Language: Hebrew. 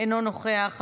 אינו נוכח,